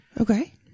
Okay